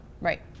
Right